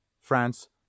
France